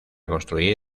construir